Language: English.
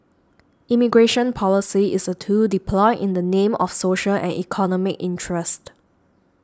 immigration policy is a tool deployed in the name of social and economic interest